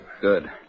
Good